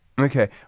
Okay